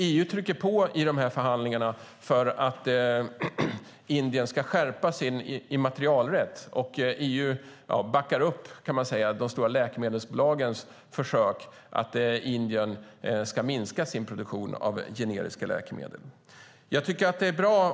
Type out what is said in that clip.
EU trycker i dessa förhandlingar på för att Indien ska skärpa sin immaterialrätt, och EU backar upp de stora läkemedelsbolagens försök att få Indien att minska sin produktion av generiska läkemedel.